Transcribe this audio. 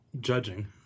judging